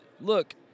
look